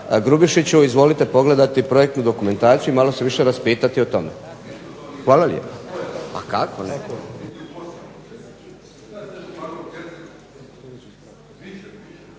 Grubišiću, izvolite pogledati projektnu dokumentaciju i malo se više raspitati o tome. Hvala lijepa.